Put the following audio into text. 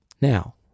Now